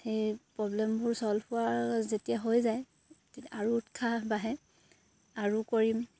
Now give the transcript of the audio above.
সেই প্ৰব্লেমবোৰ ছ'লভ হোৱাৰ যেতিয়া হৈ যায় তেতিয়া আৰু উৎসাহ বাঢ়ে আৰু কৰিম